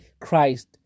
Christ